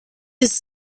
his